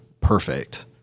perfect